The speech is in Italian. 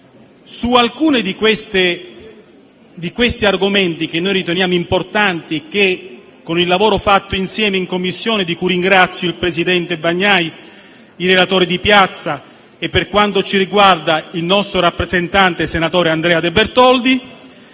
Questi argomenti e obiettivi che riteniamo importanti, con il positivo lavoro svolto insieme in Commissione - di cui ringrazio il presidente Bagnai, il relatore Di Piazza e per quanto ci riguarda il nostro rappresentante, senatore Andrea De Bertoldi